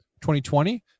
2020